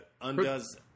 Undoes